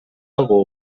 algú